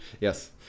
Yes